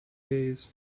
days